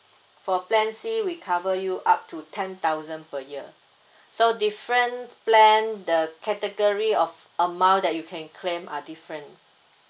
for plan C we cover you up to ten thousand per year so different plan the category of amount that you can claim are different